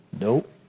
Nope